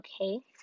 okay